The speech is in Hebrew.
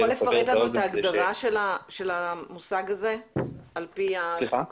אתה יכול לפרט לנו את ההגדרה של המושג הזה על פי הפסיקות?